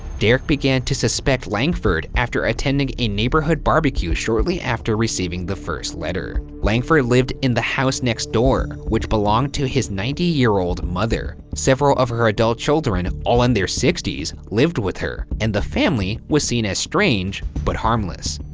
derek began to suspect langford after attending a neighborhood barbecue shortly after receiving the first letter. langford lived in the house next door, which belonged to his ninety year old mother. several of her adult children, all in their sixty s, lived with her. and the family was seen as strange but harmless.